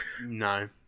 No